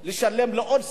זה לשלם לעוד סקטורים,